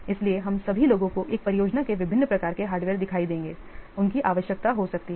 इसलिए हम सभी लोगों को एक परियोजना में विभिन्न प्रकार के हार्डवेयर दिखाई देंगे उनकी आवश्यकता हो सकती है